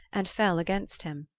and fell against him.